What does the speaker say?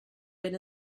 been